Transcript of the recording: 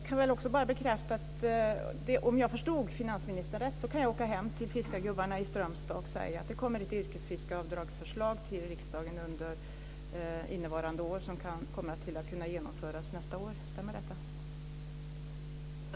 Fru talman! Om jag förstod finansministern rätt kan jag åka hem till fiskargubbarna i Strömstad och säga att det kommer ett förslag om yrkesfiskaravdrag till riksdagen under innevarande år som kommer att kunna genomföras nästa år. Stämmer detta?